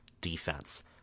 defense